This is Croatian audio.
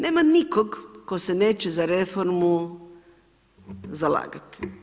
Nema nikog tko se neće za reformu zalagati.